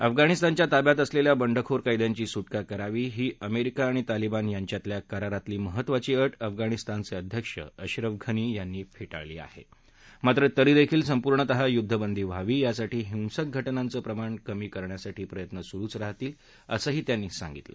अफगाणीस्तानच्या ताब्यात असलल्या बंडखोर कैद्यांची सुटका करावी ही अमरिका आणि तालिबान यांच्यातल्या करारातली महत्वाची अट अफगाणीस्तानच अध्यक्ष अश्रफ घनी यांनी फरीळली आहा आत्र तरीदखील संपूर्णतः युद्धबंधी व्हावी यासाठी हिंसंक घटनांच प्रमाण कमी करण्यासाठी प्रयत्न सुरुच राहतील असंही त्यांनी सांगितलं